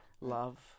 love